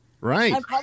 Right